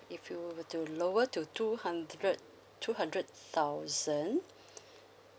if you were to lower to two hundred two hundred thousand